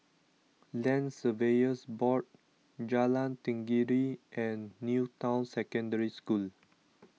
Land Surveyors Board Jalan Tenggiri and New Town Secondary School